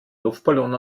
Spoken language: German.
luftballon